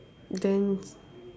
then s~